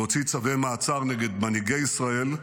להוציא צווי מעצר נגד מנהיגי ישראל,